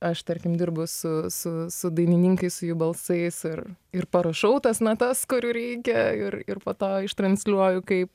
aš tarkim dirbu su su su dainininkais su jų balsais ir ir parašau tas natas kurių reikia ir ir po to ištransliuoju kaip